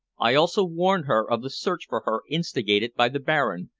i also warned her of the search for her instigated by the baron,